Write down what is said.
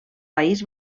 país